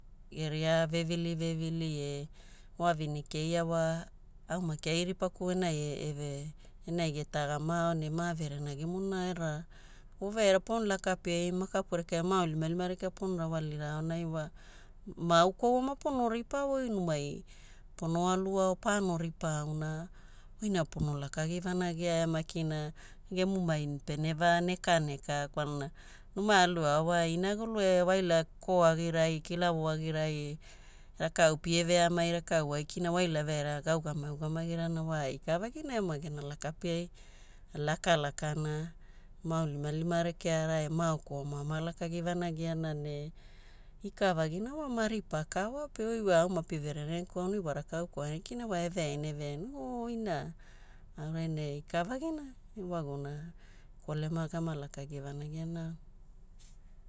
Geria vevili vevili e wa vavine keia wa au maki ai ripaku wanai eve enai getagamao ne maverenagimona era wa veaira pono laka piai makapu rekeai ma aunilimalima rekea pono rawalira aonai wa maau kwaua mapono ripaa wa oi numai pono aluao pano ripaa auna oina pono lakagi vanagia e makina gemu mind peneva nekanekaa Kwalana numa aluao wa inagulu e waila koo agirai, kilawo agirai e rakau pie veamai, rakau aikina waila veaira gaugamagi ugamagirana wa ikavagina eoma gena lakapiai lakalakana, maaunilmalima rekeara e maaukwaua oma lakagi vanagiana ne ikavagina wa maripa ka wa pe oi wa au mapieve renagiku aonai oi wa rakau kwaua aikina oi eveaina eveaina ooh ina aurai ne ikavagina ewaguna kolema gama lakagi vanagiana.